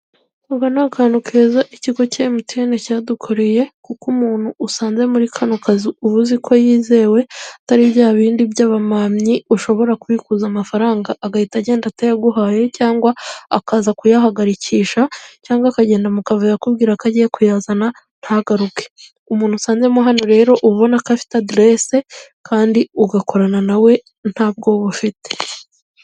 Ubu ni akantu keza ikigo cya emutiyene cyadukoreye kuko umuntu usanze muri kano kazi ubu uzi ko yizewe, atari bya bindi by'abamamyi ushobora kubikuza amafaranga agahita agenda atayaguhaye, cyangwa akaza kuyahagakisha cyangwa akagenda mukavuyo akubwira ko agiye kuyazana ntagaruke. Umuntu usanzemo hano rero ubona ko afite aderese kandi ugakorana na we nta bwoba ufite.